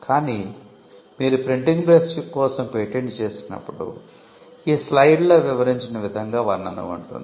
కానీ మీరు printing press కోసం పేటెంట్ చేసినప్పుడు ఈ స్లయిడ్ లో వివరించిన విధంగా వర్ణన ఉంటుంది